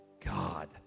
God